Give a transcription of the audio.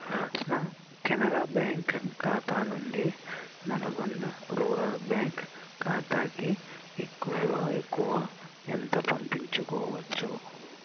నా కెనరా బ్యాంక్ ఖాతా నుండి నలగొండ రూరల్ బ్యాంక్ ఖాతాకి ఎక్కువల ఎక్కువ ఎంత పంపించుకోవచ్చు